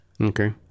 Okay